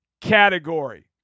category